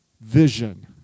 vision